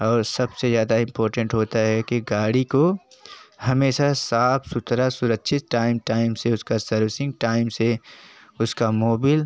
और सबसे ज़्यादा इंपोर्टेंट होता है कि गाड़ी को हमेशा साफ़ सुथरा सुरक्षित टाइम टाइम से उसकी सर्विसिंग टाइम से उसका मोबिल